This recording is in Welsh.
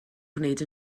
gwneud